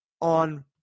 on